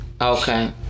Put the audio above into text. okay